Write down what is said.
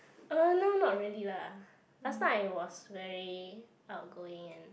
uh no not really lah last time I was very outgoing and